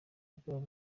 yakorewe